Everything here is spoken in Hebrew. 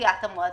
לדחיית המועדים,